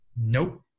Nope